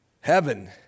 heaven